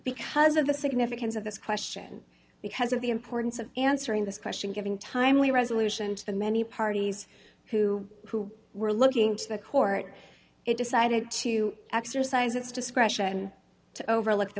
because of the significance of this question because of the importance of answering this question giving timely resolution to the many parties who who were looking to the court it decided to exercise its discretion and to overlook the